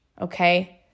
okay